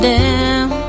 down